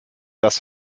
das